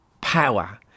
power